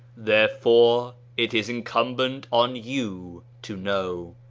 therefore it is incumbent on you to know.